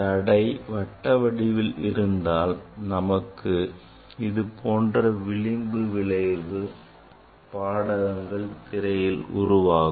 தடை வட்ட வடிவில் இருந்தால் நமக்கு இதுபோன்ற விளிம்பு விளைவு பாடகங்கள் திரையில் உருவாகும்